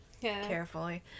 carefully